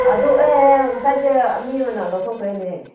ꯑꯗꯨ ꯑꯦ ꯉꯁꯥꯏꯁꯦ ꯃꯤ ꯑꯃꯅ ꯂꯧꯊꯣꯛꯈ꯭ꯔꯦꯅꯦ